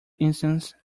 instance